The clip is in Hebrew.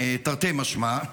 תרתי משמע,